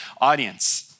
audience